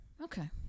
Okay